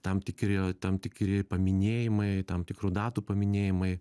tam tikri tam tikri paminėjimai tam tikrų datų paminėjimai